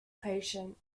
patient